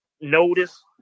notice